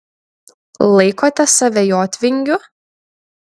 laikote save jotvingiu